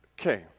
Okay